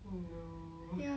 oh no